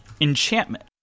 Enchantment